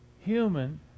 Human